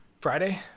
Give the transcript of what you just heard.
friday